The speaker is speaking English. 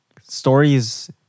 stories